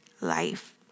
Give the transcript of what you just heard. life